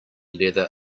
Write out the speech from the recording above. leather